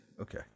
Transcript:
Okay